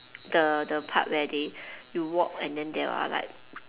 the the part where they you walk and then there are like